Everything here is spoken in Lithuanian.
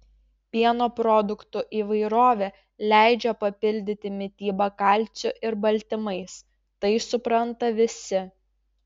pieno produktų įvairovė leidžia papildyti mitybą kalciu ir baltymais tai supranta visi